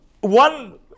one